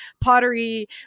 pottery